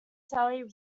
sally